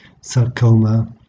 sarcoma